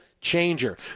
changer